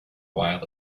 while